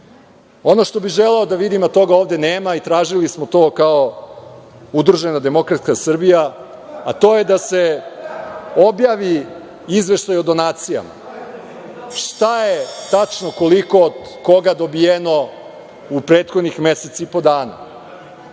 što bih želeo da vidim, a toga ovde nema, i tražili smo to kao Udružena demokratska Srbija, a to je da se objavi izveštaj o donacijama, šta je tačno i koliko od koga dobijeno u prethodnih mesec i po dana,